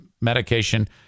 medication